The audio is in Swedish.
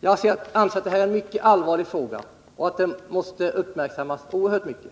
Jag anser att detta är en mycket allvarlig fråga, och den måste uppmärksammas oerhört mycket.